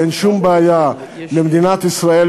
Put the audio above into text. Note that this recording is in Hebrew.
ואין שום בעיה למדינת ישראל,